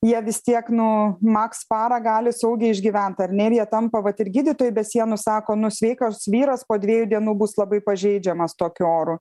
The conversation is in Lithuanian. jie vis tiek nu maks parą gali saugiai išgyvent ar ne ir jie ar ne tampa vat ir gydytojai be sienų sako nu sveikas vyras po dviejų dienų bus labai pažeidžiamas tokiu oru